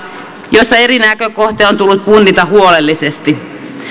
joissa eri näkökohtia on tullut punnita huolellisesti